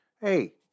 Hey